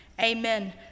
amen